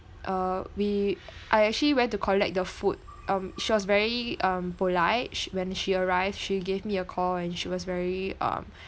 uh we I actually went to collect the food um she was very um polite she when she arrived she gave me a call and she was very um